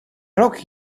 rok